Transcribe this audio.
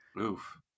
Oof